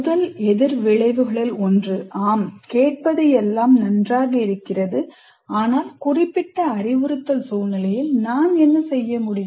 முதல் எதிர்விளைவுகளில் ஒன்று ஆம் கேட்பது எல்லாம் நன்றாக இருக்கிறது ஆனால் குறிப்பிட்ட அறிவுறுத்தல் சூழ்நிலையில் நான் என்ன செய்ய முடியும்